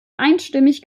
einstimmig